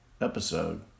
episode